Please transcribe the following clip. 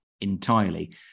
entirely